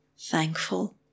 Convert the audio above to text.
thankful